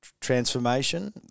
transformation